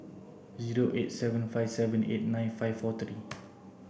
zero eight seven five seven eight nine five four three